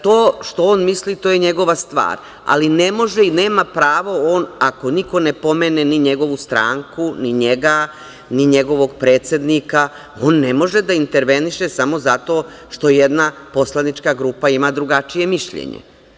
To što on misli to je njegova stvar, ali ne može i nema pravo on, ako niko ne pomene ni njegovu stranku, ni njega, ni njegovog predsednika, on ne može da interveniše samo zato što jedna poslanička grupa ima drugačije mišljenje.